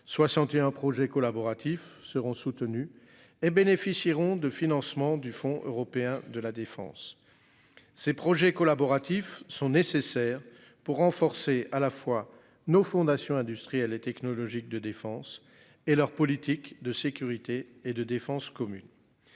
61 projets collaboratifs seront soutenues et bénéficieront de financements du Fonds européen de la défense. Ces projets collaboratifs sont nécessaires pour renforcer à la fois nos fondations industrielle et technologique de défense et leur politique de sécurité et de défense commune.